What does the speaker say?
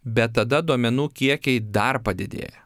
bet tada duomenų kiekiai dar padidėja